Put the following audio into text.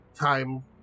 time